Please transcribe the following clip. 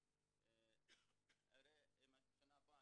הרי בשנה הבאה,